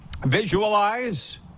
Visualize